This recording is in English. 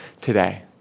today